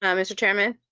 um mr. chairman?